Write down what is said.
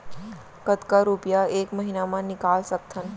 कतका रुपिया एक महीना म निकाल सकथन?